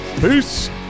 Peace